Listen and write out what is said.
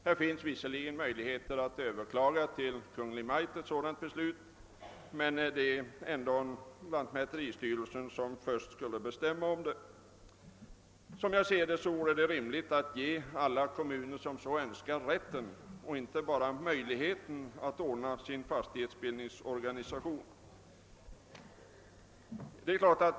Det finns visserligen möjligheter att överklaga lantmäteristyrelsens beslut hos Kungl. Maj:t, men det är ändå lantmäteristyrelsen som först skall bestämma. Som jag ser det vore det rimligt att ge alla kommuner som så önskar rätten och inte bara möjligheten att ordna sin fastighetsbildningsorganisation.